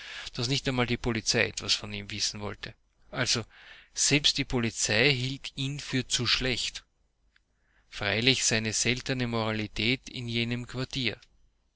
daß nicht einmal die polizei etwas von ihm wissen wollte also selbst die polizei hielt ihn für zu schlecht freilich eine seltene moralität in jenem